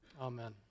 Amen